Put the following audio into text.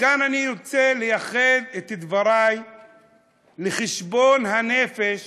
כאן אני רוצה לייחד את דברי לחשבון הנפש